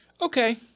okay